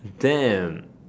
damn